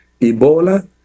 Ebola